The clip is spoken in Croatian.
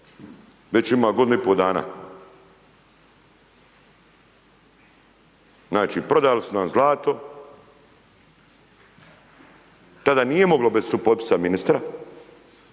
već ima godinu i po dana, znači, prodali su nam zlato, tada nije moglo bez supotpisa ministra,